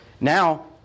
Now